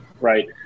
Right